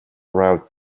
allowed